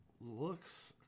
looks